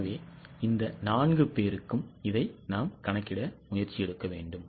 எனவே இந்த நான்கு பேருக்கும் இதைக் கணக்கிட முயற்சிப்போம்